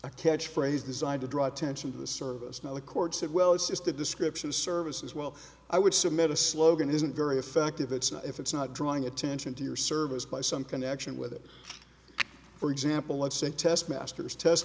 a catch phrase designed to draw attention to the service now the court said well it's just a description of services well i would submit a slogan isn't very effective it's not if it's not drawing attention to your service by some connection with it for example let's say test masters test